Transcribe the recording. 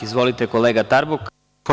Izvolite, kolega Tarbuk.